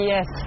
Yes